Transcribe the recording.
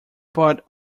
but